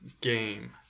game